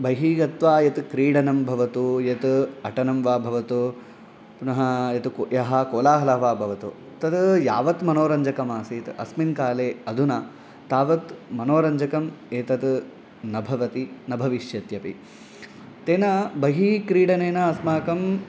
बहिः गत्वा यत् क्रीडनं भवतु यत् अटनं वा भवतु पुनः यत् यः कोलाहलः भवतु तद् यावत् मनोरञ्जकम् आसीत् अस्मिन् काले अधुना तावत् मनोरञ्जकम् एतत् न भवति न भविष्यत्यपि तेन बहिः क्रीडनेन अस्माकम्